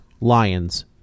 Lions